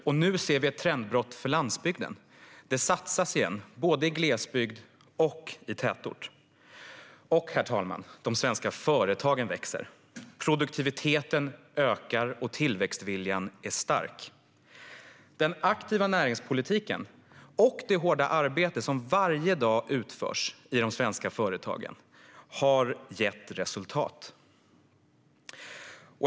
Nu ser vi också ett trendbrott för landsbygden. Det satsas igen, både i glesbygd och i tätort. Herr talman! De svenska företagen växer. Produktiviteten ökar, och tillväxtviljan är stark. Den aktiva näringspolitiken och det hårda arbete som varje dag utförs i de svenska företagen har gett resultat.